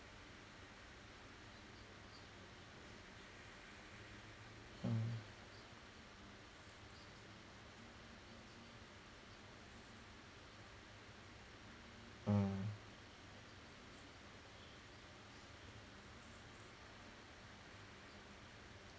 mm mm